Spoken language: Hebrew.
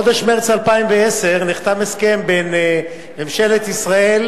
בחודש מרס 2010 נחתם הסכם בין ממשלת ישראל